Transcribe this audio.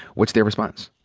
what's their response?